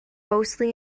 mostly